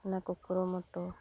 ᱚᱱᱟ ᱠᱚ ᱠᱚᱨᱩᱢᱩᱨᱩ